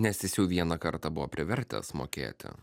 nes jis jau vieną kartą buvo privertęs mokėti